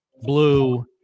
blue